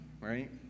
Right